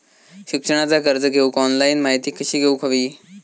शिक्षणाचा कर्ज घेऊक ऑनलाइन माहिती कशी घेऊक हवी?